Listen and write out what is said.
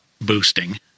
boosting